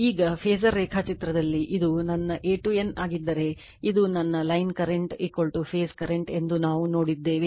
ಈಗ ಫಾಸರ್ ರೇಖಾಚಿತ್ರದಲ್ಲಿ ಇದು ನನ್ನ A to N ಆಗಿದ್ದರೆ ಇದು ನನ್ನ ಲೈನ್ ಕರೆಂಟ್ ಫೇಸ್ ಕರೆಂಟ್ ಎಂದು ನಾವು ನೋಡಿದ್ದೇವೆ